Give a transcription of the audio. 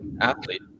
athlete